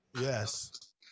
Yes